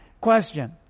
Question